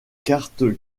cartes